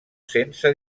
sense